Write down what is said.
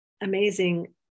amazing